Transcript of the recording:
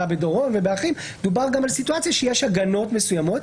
ב-דורון ובאחרים דובר גם על סיטואציה שיש הגנות מסוימות,